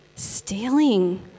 stealing